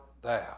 thou